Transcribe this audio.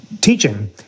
teaching